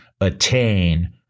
attain